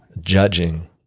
judging